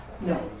no